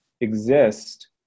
exist